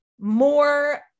more